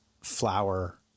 flower